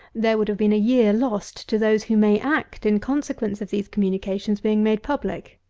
there would have been a year lost to those who may act in consequence of these communications being made public.